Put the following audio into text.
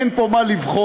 אין פה מה לבחון,